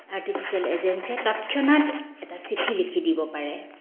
artificial ইন্টেলিজেন্সে তৎক্ষণাৎ এটা চিঠি লিখি দিব পাৰে